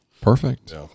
Perfect